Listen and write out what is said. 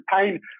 Pain